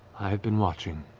i have been watching